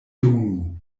donu